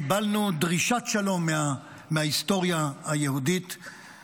קיבלנו דרישת שלום מההיסטוריה היהודית,